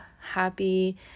happy